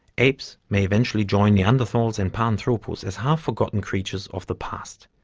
apes may eventually join neanderthals and paranthropus as half-forgotten creatures of the past,